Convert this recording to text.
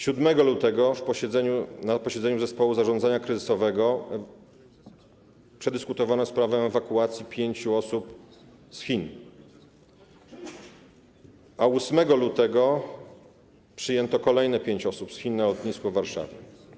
7 lutego na posiedzeniu zespołu zarządzania kryzysowego przedyskutowano sprawę ewakuacji pięciu osób z Chin, a 8 lutego przyjęto kolejne pięć osób z Chin na lotnisku w Warszawie.